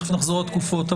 תיכף נחזור לתקופות.